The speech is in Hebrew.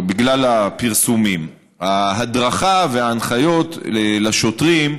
בגלל הפרסומים: ההדרכה וההנחיות לשוטרים